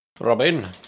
Robin